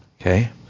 Okay